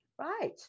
Right